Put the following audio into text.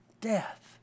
death